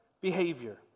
behavior